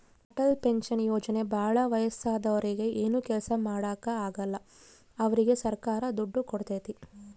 Atal pension ಯೋಜನೆ ಭಾಳ ವಯಸ್ಸಾದೂರಿಗೆ ಏನು ಕೆಲ್ಸ ಮಾಡಾಕ ಆಗಲ್ಲ ಅವ್ರಿಗೆ ಸರ್ಕಾರ ದುಡ್ಡು ಕೋಡ್ತೈತಿ